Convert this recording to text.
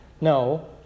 No